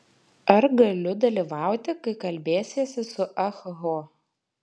ar galiu dalyvauti kai kalbėsiesi su ah ho